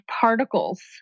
particles